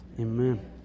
Amen